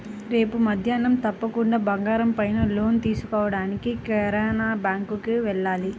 రేపు మద్దేన్నం తప్పకుండా బంగారం పైన లోన్ తీసుకోడానికి కెనరా బ్యేంకుకి వెళ్ళాలి